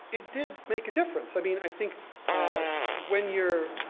it did make a difference. i mean, i think when you're,